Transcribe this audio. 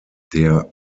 der